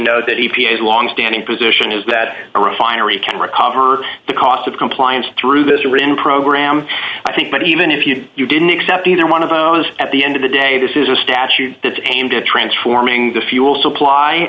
know that he has long standing position is that a refinery can recover the cost of compliance through this or in program i think but even if you did you didn't accept either one of those at the end of the day this is a statute that aimed at transforming the fuel supply